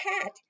Cat